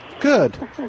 Good